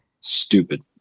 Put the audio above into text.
Stupid